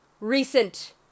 Recent